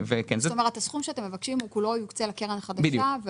הסכום שאתם מבקשים יוקצה כולו לקרן החדשה?